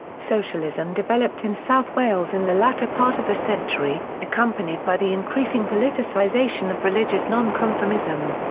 socialism developed in south wales in the latter part of the century, accompanied by the increasing politicisation of religious nonconformism.